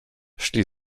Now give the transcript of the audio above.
szli